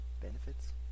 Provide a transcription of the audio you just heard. Benefits